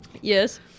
Yes